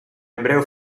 ebreo